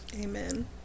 amen